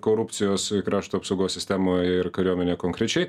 korupcijos krašto apsaugos sistemoj ir kariuomenė konkrečiai